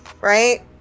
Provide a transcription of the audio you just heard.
right